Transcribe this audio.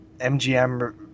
MGM